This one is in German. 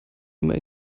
immer